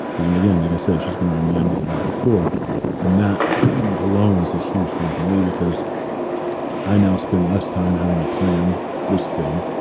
and then again, like i said, she's going to remind me the night before and that alone is a huge thing for me because i now spend less time having to plan this thing,